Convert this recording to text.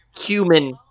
human